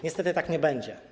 Niestety tak nie będzie.